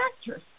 actress